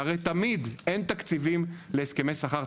שהרי תמיד אין תקציבים להסכמי שכר,